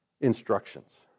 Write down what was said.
instructions